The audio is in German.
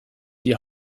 die